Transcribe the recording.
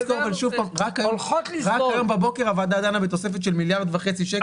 רק הבוקר הוועדה דנה בתוספת של מיליארד וחצי שקלים.